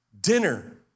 dinner